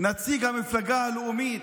נציג המפלגה הלאומית,